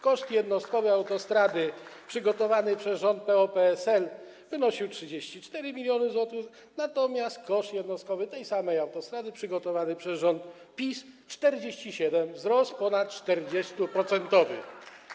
Koszt jednostkowy autostrady przygotowanej przez rząd PO-PSL wynosił 34 mln zł, natomiast koszt jednostkowy tej samej autostrady przygotowanej przez rząd PiS - 47; wzrost ponad 40-procentowy.